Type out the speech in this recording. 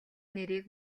нэрийг